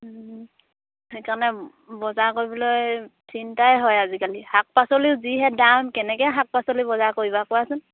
সেইকাৰণে বজাৰ কৰিবলৈ চিন্তাই হয় আজিকালি শাক পাচলিও যিহে দাম কেনেকৈ শাক পাচলি বজাৰ কৰিব কোৱাচোন